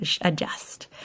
adjust